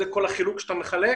זה כל החילוק שאתה מחלק,